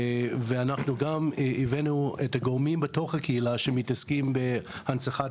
אנחנו גם הבאנו את הגורמים בתוך הקהילה שמתעסקים בהנצחת